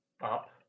up